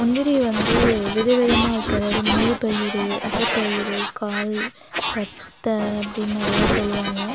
முந்திரி வந்து விதவிதமாக இருக்கு அது அது முழு பயிறு அரை பயிறு கால் பத்தை அப்படின் நிறையா சொல்லுவாங்க